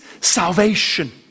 salvation